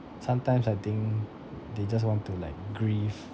sometimes I think they just want to like grief